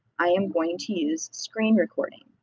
i am going to use screen recording,